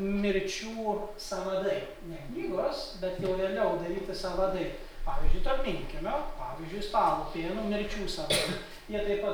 mirčių sąvadai ne knygos bet jau vėliau daryti sąvadai pavyzdžiui tolminkiemio pavyzdžiui stalupėnų mirčių sąvadai jie taip pat